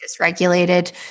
dysregulated